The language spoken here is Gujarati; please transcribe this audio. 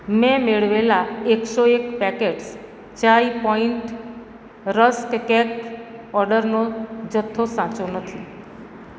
મેં મેળવેલા એકસો એક packets Chai Point rusk cake ઓર્ડરનો જથ્થો સાચો નથી